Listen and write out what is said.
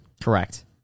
Correct